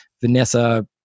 Vanessa